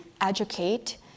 educate